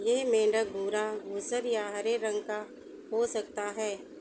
ये मेंढक भूरा घूसर या हरे रंग का हो सकता है